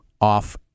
off